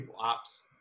ops